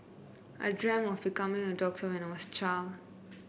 I dreamt of becoming a doctor when I was a child